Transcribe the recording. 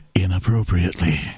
inappropriately